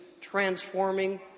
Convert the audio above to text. transforming